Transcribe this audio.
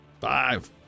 Five